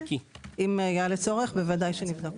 אם יעלה צורך, בוודאי שנבדוק.